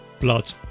blood